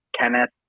Kenneth